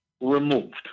removed